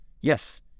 Yes